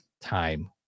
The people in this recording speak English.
time